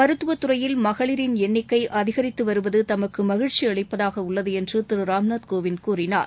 மருத்துவத் துறையில் மகளிரின் எண்ணிக்கை அதிகரித்து வருவது தமக்கு மகிழ்ச்சி அளிப்பதாக உள்ளது என்று திரு ராம்நாத் கோவிந்த் கூறினார்